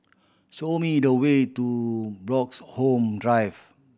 show me the way to Bloxhome Drive